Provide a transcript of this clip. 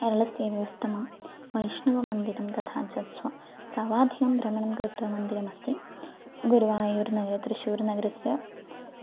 केरलस्यैव वस्तमं वैष्णवमन्दिरं तथा च स्व समाधिं भ्रमणं कृत्वा मन्दिरमस्ति गुरुवायूर् नगरे त्रिशूर् नगरस्य